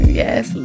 yes